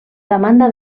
demanda